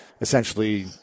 essentially